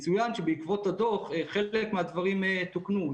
בעקבות הדוח חלק מהדברים תוקנו.